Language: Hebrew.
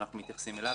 אנחנו מתייחסים אליו.